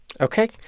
Okay